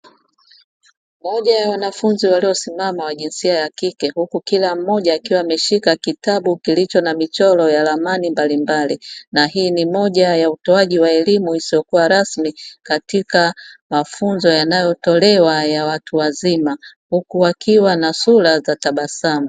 Moja ya wanafunzi waliosimama wa jinsia ya kike, huku kila mmoja akiwa ameshika kitabu kilicho na michoro ya ramani mbalimbali, na hii ni moja ya utoaji wa elimu isiyo rasmi katika mafunzo yanayotolewa ya watu wazima, huku wakiwa na sura za tabasamu.